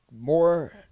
more